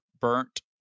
burnt